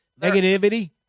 negativity